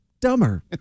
dumber